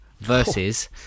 versus